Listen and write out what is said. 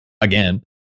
again